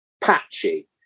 patchy